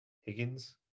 Higgins